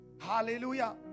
Hallelujah